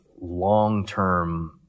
long-term